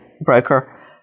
broker